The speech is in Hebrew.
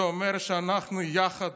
זה אומר שאנחנו יחד